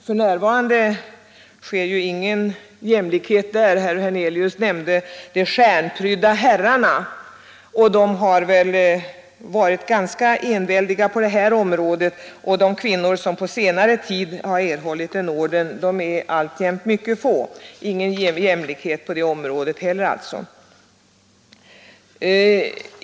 För närvarande finns det ingen jämlikhet där. Herr Hernelius talade själv om ”de stjärnprydda herrarna”, och de har väl varit ganska enväldiga i detta fall. De kvinnor som fått en orden på senare tid är mycket få. Där finns alltså ingen jämlikhet.